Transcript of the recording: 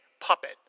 puppet